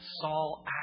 Saul